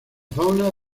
fauna